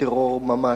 בטרור ממש.